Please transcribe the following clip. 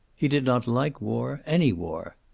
he did not like war, any war.